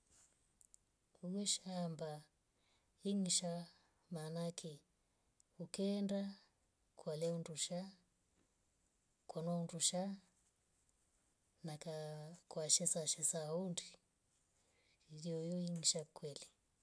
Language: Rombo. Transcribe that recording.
Umeshamba inyashaa maana ake ukaenda kwa woo ndusha kwanun ndusha na kwashesashesha hundi yoywoili ngisha kweli.